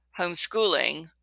homeschooling